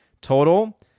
total